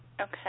Okay